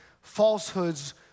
falsehoods